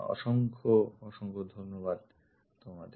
অনেক ধন্যবাদ তোমাদের